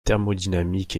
thermodynamique